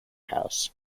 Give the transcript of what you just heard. house